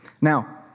Now